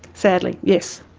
sadly, yes.